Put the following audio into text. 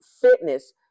fitness